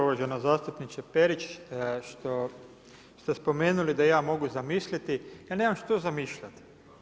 Uvažena zastupnice Perić što ste spomenuli da ja mogu zamisliti, ja nemam što zamišljati.